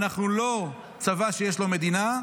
אנחנו לא צבא שיש לו מדינה,